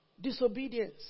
Disobedience